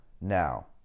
Now